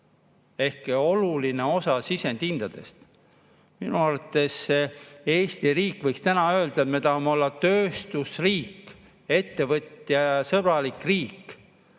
ehk oluline osa sisendihindadest. Minu arvates Eesti riik võiks täna öelda, et me tahame olla tööstusriik, ettevõtjasõbralik riik,